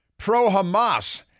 pro-Hamas